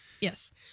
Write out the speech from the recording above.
Yes